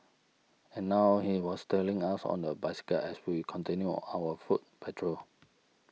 and now he was tailing us on a bicycle as we continued our foot patrol